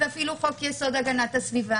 ואפילו חוק-יסוד: הגנת הסביבה.